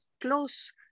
close